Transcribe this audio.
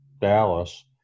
Dallas